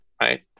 Right